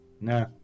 nah